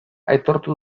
aitortu